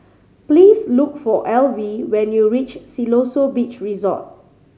please look for Alvie when you reach Siloso Beach Resort